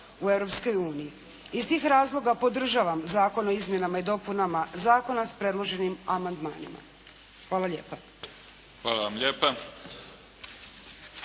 uniji. Iz tih razloga podržavam Zakon o izmjenama i dopunama Zakona sa predloženim amandmanima. Hvala lijepa.